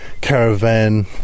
caravan